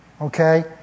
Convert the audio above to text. Okay